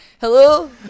Hello